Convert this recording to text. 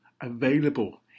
available